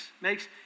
Makes